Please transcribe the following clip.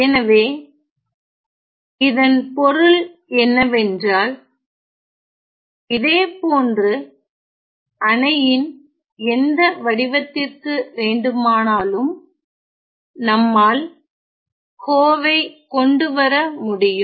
எனவே இதன் பொருள்என்னவென்றால் இதே போன்று அணையின் எந்த வடிவத்திற்கு வேண்டுமானாலும் நம்மால் கோவை கொண்டுவர முடியும்